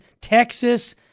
Texas